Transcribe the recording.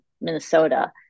Minnesota